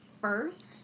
first